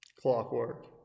Clockwork